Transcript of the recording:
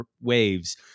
waves